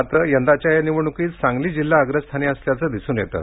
मात्र यंदाच्या या निवडणुकीत सांगली जिल्हा अग्रस्थानी असल्याचे दिसून येतं